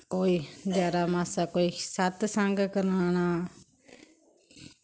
कोई जरा मासा कोई सत्संग कराना